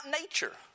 nature